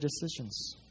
decisions